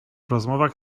rozmowach